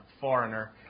Foreigner